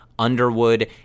Underwood